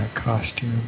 Costume